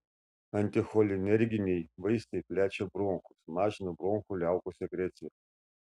anticholinerginiai vaistai plečia bronchus mažina bronchų liaukų sekreciją